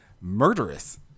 murderous